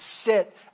sit